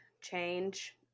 change